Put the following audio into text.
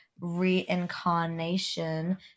reincarnation